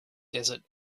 desert